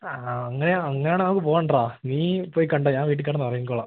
ആ അങ്ങനെ അങ്ങനെയാണെങ്കില് നമുക്ക് പോകേണ്ടടാ നീ പോയി കണ്ടോളൂ ഞാൻ വീട്ടില് കിടന്നുറങ്ങിക്കോളാം